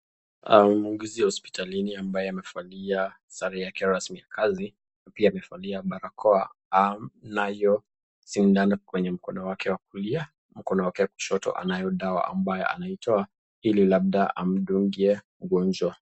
Muuguzi wa hospitalini ambaye amevalia sare yake rasmi ya kazi, pia amevalia barakoa anayo sindano kwenye mkono wake wa kulia , mkono wake wa kushoto anayo dawa ambayo anaitoa ili labda amdungie mgonjwa.